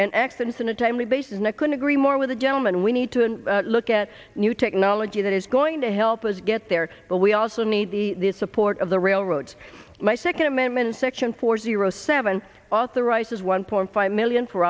and accidents in a timely basis and i couldn't agree more with the gentleman we need to look at new technology that is going to help us get there but we also need the support of the railroads my second amendment section four zero seven authorizes one point five million for